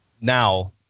now